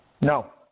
No